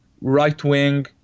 right-wing